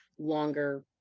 longer